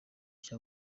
cya